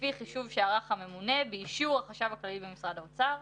לפי חישוב שערך הממונה באישור החשב הכללי במשרד האוצר,